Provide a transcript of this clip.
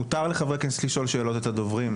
מותר לחברי הכנסת לשאול שאלות את הדוברים,